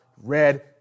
red